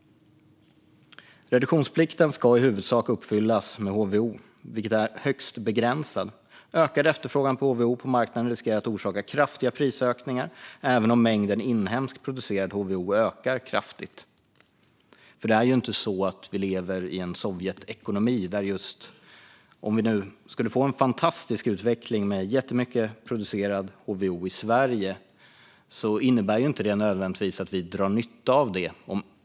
Reduktionsplikten ska i huvudsak uppfyllas med HVO, vilken är högst begränsad. Ökad efterfrågan på HVO på marknaden riskerar att orsaka kraftiga prisökningar, även om mängden inhemskt producerad HVO ökar kraftigt. Även om vi skulle få en fantastisk utveckling med jättemycket produktion av HVO i Sverige är det ju inte så att vi lever i en Sovjetekonomi där vi nödvändigtvis skulle kunna dra nytta av detta.